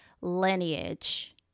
lineage